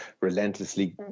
relentlessly